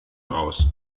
raus